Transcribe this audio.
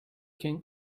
king